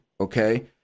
okay